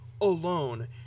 alone